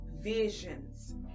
visions